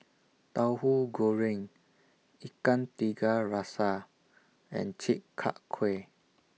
Tauhu Goreng Ikan Tiga Rasa and Chi Kak Kuih